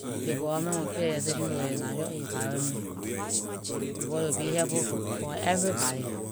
Ley government mon pay attention to ley natural environment, because it will be helpful for- for everybody.